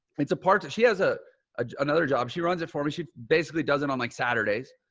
it's a part that she has ah ah another job. she runs it for me. she basically does it on like saturdays.